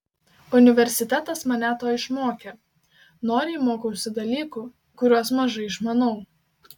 universitetas mane to išmokė noriai mokausi dalykų kuriuos mažai išmanau